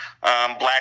black